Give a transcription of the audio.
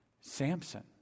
Samson